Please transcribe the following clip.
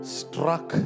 struck